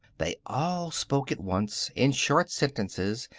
they all spoke at once, in short sentences,